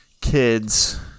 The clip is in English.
Kids